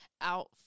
out